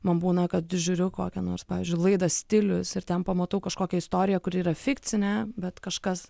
man būna kad žiūriu kokia nors pavyzdžiui laidą stilius ir ten pamatau kažkokią istoriją kuri yra fikcinę bet kažkas